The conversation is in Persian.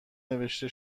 نوشته